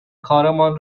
کارمان